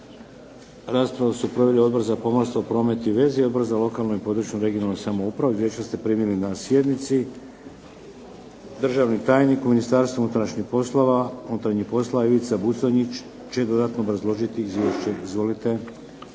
Raspravu su proveli Odbor za pomorstvo, promet i veze i Odbor za lokalnu područnu (regionalnu) samoupravu. Izvješća ste primili na sjednici. Državni tajnik u Ministarstvu unutarnjih poslova Ivica Buconjić će dodatno obrazložiti izvješće. Izvolite.